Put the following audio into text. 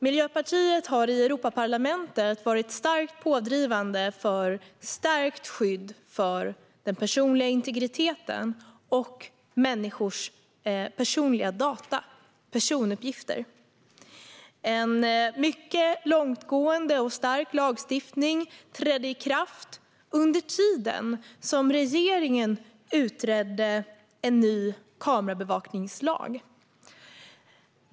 Miljöpartiet har i Europaparlamentet varit starkt pådrivande för stärkt skydd för den personliga integriteten och för människors personliga data, personuppgifter. En mycket långtgående och stark lagstiftning trädde i kraft under tiden som regeringen utredde en ny kameraövervakningslag.